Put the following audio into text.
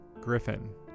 Griffin